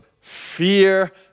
Fear